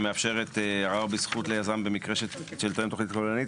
שמאפשרת ערר בזכות של יזם במקרה שתואם תוכנית כוללנית,